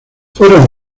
fueron